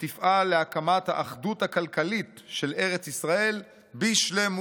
ותפעל להקמת האחדות הכלכלית של ארץ ישראל בשלמותה.